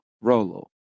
Rolo